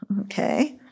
Okay